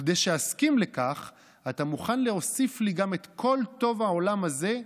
וכדי שאסכים לכך אתה מוכן להוסיף לי גם את כל טוב העולם הזה,